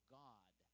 god